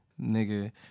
Nigga